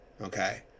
Okay